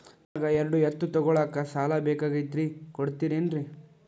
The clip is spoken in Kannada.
ನನಗ ಎರಡು ಎತ್ತು ತಗೋಳಾಕ್ ಸಾಲಾ ಬೇಕಾಗೈತ್ರಿ ಕೊಡ್ತಿರೇನ್ರಿ?